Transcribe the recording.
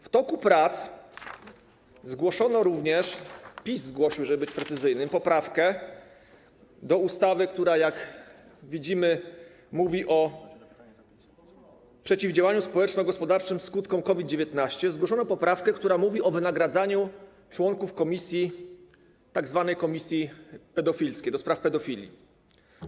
W toku prac zgłoszono również, PIS zgłosił, żeby być precyzyjnym, poprawkę do ustawy, która, jak widzimy, mówi o przeciwdziałaniu społeczno-gospodarczym skutkom COVID-19, poprawkę, która mówi o wynagradzaniu członków tzw. komisji pedofilskiej, ds. pedofilii.